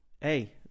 hey